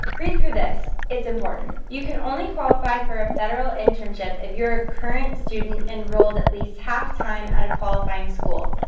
read through this, it's important. you can only qualify for a federal internship if you are a current student enrolled at least half time at a qualifying school.